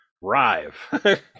Rive